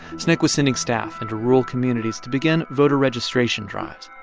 sncc was sending staff into rural communities to begin voter registration drives,